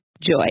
Joy